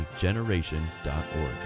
generation.org